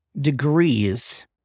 degrees